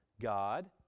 God